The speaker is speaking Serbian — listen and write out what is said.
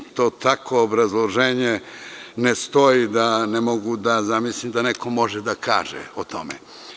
Takvo obrazloženje ne stoji, da ne mogu da zamislim da neko može da kaže to.